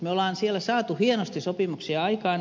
me olemme siellä saaneet hienosti sopimuksia aikaan